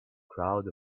crowd